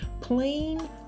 Plain